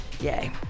yay